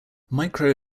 micro